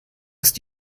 ist